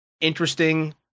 interesting